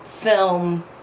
film